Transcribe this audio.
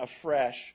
afresh